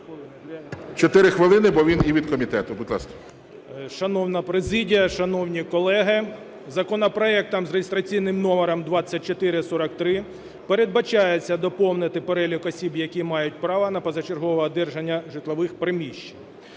4 хвилини, бо він і від комітету. Будь ласка. 13:27:54 ЛІТВІНОВ О.М. Шановна президія, шановні колеги! Законопроектом з реєстраційним номером 2443 передбачається доповнити перелік осіб, які мають права, на позачергове одержання житлових приміщень.